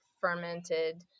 fermented